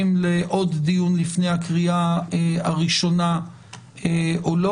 לעוד דיון לפני הקריאה הראשונה או לא.